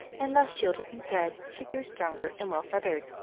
and thus shielded and fed she grew stronger and well-feathered,